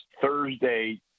Thursday